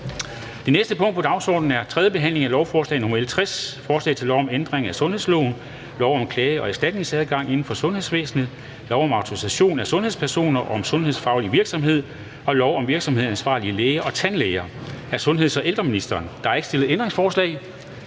Det næste punkt på dagsordenen er: 4) 3. behandling af lovforslag nr. L 60: Forslag til lov om ændring af sundhedsloven, lov om klage- og erstatningsadgang inden for sundhedsvæsenet, lov om autorisation af sundhedspersoner og om sundhedsfaglig virksomhed og lov om virksomhedsansvarlige læger og tandlæger. (Oprettelse af Ankenævnet for Tilsynsafgørelser